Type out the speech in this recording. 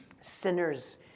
sinners